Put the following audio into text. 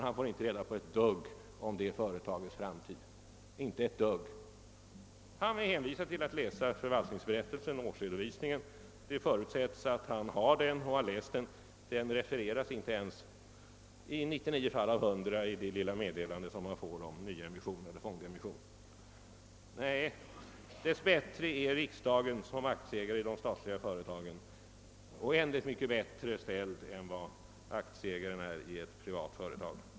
Han får inte reda på ett dugg om företagets framtid utan är hänvisad till att läsa förvaltningsberättelsen och årsredovisningen. Det förutsätts att han har dessa och har läst dem. De refereras inte ens i 99 fall av 100 i det lilla meddelande han får om nyeller fondemission. Nej, dess bättre är riksdagen som aktieägare i de statliga företagen i en oändligt mycket bättre situation än aktieägaren i ett privat företag.